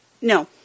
No